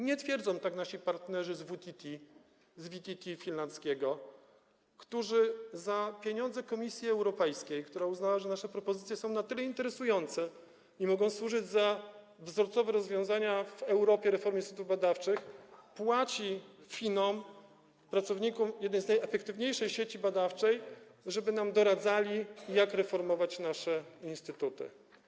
Nie twierdzą tak nasi partnerzy z finlandzkiego VTT, którzy za pieniądze Komisji Europejskiej, która uznała, że nasze propozycje są na tyle interesujące i mogą służyć za wzorcowe rozwiązania w Europie reformy instytutów badawczych - ona płaci Finom, pracownikom jednej z najefektywniejszej sieci badawczej - mają nam doradzać, jak reformować nasze instytuty.